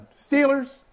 Steelers